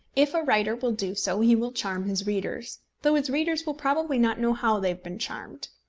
if a writer will do so he will charm his readers, though his readers will probably not know how they have been charmed.